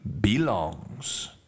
belongs